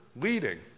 leading